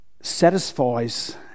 satisfies